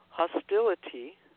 hostility